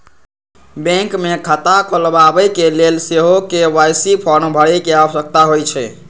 bank मे खता खोलबाबेके लेल सेहो के.वाई.सी फॉर्म भरे के आवश्यकता होइ छै